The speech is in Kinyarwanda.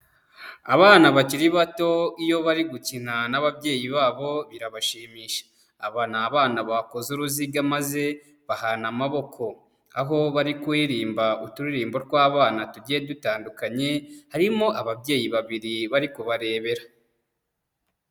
Abana bakiri bato iyo bari gukina n'ababyeyi babo birabashimisha. Aba ni abana bakoze uruziga maze bahana amaboko, aho bari kuririmba uturirimbo tw'abana tugiye dutandukanye, harimo ababyeyi babiri bari kubarebera.